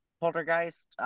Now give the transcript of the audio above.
poltergeist